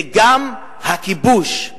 וגם הכיבוש.